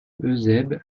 eusèbe